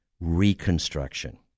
Reconstruction